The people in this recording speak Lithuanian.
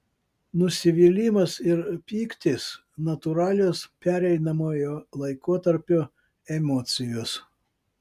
nusivylimas ir pyktis natūralios pereinamojo laikotarpio emocijos